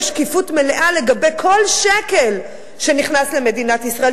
שקיפות מלאה לגבי כל שקל שנכנס למדינת ישראל.